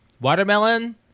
watermelon